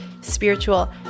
spiritual